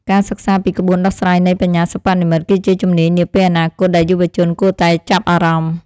ការសិក្សាពីក្បួនដោះស្រាយនៃបញ្ញាសិប្បនិម្មិត គឺជាជំនាញនាពេលអនាគតដែលយុវជនគួរតែចាប់អារម្មណ៍។